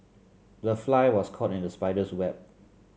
the fly was caught in the spider's web